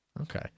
Okay